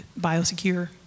biosecure